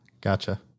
Gotcha